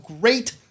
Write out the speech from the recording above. great